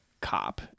cop